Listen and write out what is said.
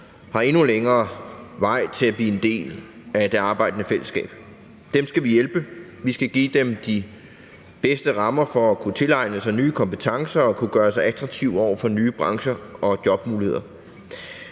har endnu længere vej til at blive en del af det arbejdende fællesskab. Dem skal vi hjælpe; vi skal give dem de bedste rammer for at kunne tilegne sig nye kompetencer og kunne gøre sig attraktive over for nye brancher og jobmuligheder.